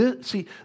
see